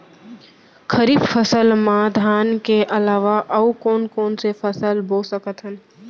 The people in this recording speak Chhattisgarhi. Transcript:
खरीफ फसल मा धान के अलावा अऊ कोन कोन से फसल बो सकत हन?